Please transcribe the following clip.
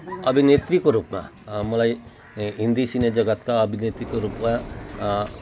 अभिनेत्रीको रूपमा मलाई हिन्दी सिने जगत्का अभिनेत्रीको रूपमा